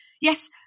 Yes